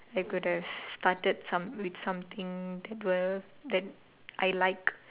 I could have started some with something that were that I like